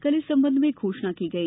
कल इस संबंध में घोषणा की गई